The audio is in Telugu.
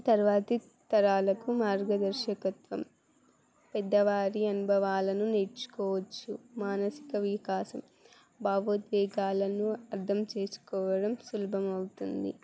తర్వాతి తరాలకు మార్గదర్శకత్వం పెద్దవారి అనుభవాలను నేర్చుకోవచ్చు మానసిక వికాసం భావోద్వేగాలను అర్థం చేసుకోవడం సులభం మవుతుంది